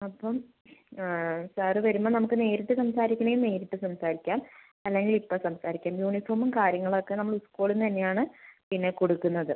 അപ്പം സാർ വരുമ്പോൾ നമുക്ക് നേരിട്ട് സംസാരിക്കണെങ്കിൽ നേരിട്ട് സംസാരിക്കാം അല്ലെങ്കിൽ ഇപ്പം സംസാരിക്കാം യൂണിഫോമും കാര്യങ്ങളൊക്കെ നമ്മൾ സ്കൂളിൽനിന്ന് തന്നെയാണ് പിന്നെ കൊടുക്കുന്നത്